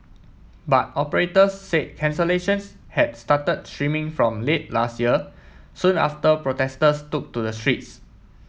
but operators said cancellations had started streaming from late last year soon after protesters took to the streets